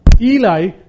Eli